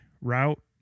route